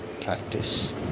practice